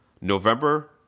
November